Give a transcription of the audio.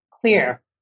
clear